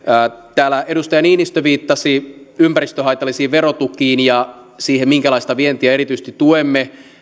täällä edustaja niinistö viittasi ympäristöhaitallisiin verotukiin ja siihen minkälaista vientiä erityisesti tuemme